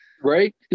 Right